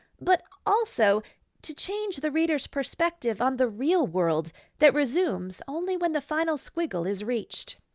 but also to change the reader's perspective on the real world that resumes only when the final squiggle is reached?